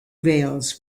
veils